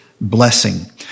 blessing